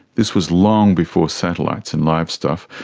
this was long before satellites and live stuff.